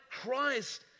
Christ